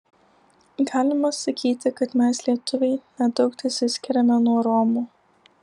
galima sakyti kad mes lietuviai nedaug tesiskiriame nuo romų